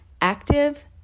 Active